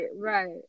right